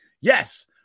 Yes